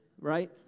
right